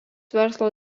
verslo